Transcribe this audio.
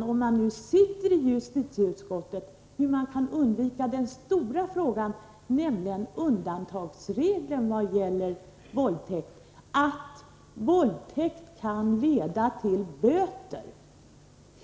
— om man nu sitter i justitieutskottet — kan undvika den stora frågan, nämligen undantagsregeln att våldtäkt i praktiken kan leda till böter.